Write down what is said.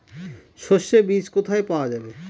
সর্ষে বিজ কোথায় পাওয়া যাবে?